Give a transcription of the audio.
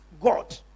God